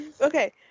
Okay